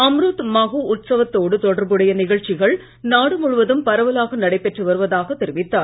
அம்ருத் மகோத்சவத்தோடு தொடர்புடைய நிகழ்ச்சிகள் நாடு முழுவதும் பரவலாக நடைபெற்று வருவதாக தெரிவித்தார்